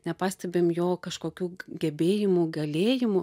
nepastebim jo kažkokių gebėjimų galėjimų